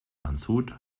landshut